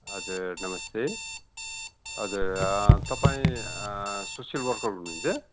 हजुर नमस्ते हजुर तपाईँ सोसियल वर्कर हुनुहुन्छ